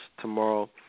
tomorrow